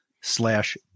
slash